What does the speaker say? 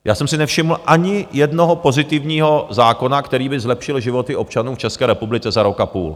Já jsem si nevšiml ani jednoho pozitivního zákona, který by zlepšil životy občanů v České republice za rok a půl.